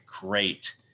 great